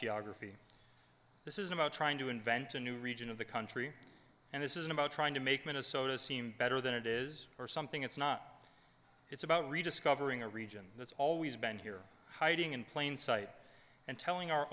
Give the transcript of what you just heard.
geography this isn't about trying to invent a new region of the country and this isn't about trying to make minnesota seem better than it is or something it's not it's about rediscovering a region that's always been here hiding in plain sight and telling our